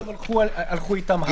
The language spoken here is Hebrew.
והם הלכו איתן הלאה.